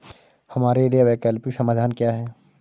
हमारे लिए वैकल्पिक समाधान क्या है?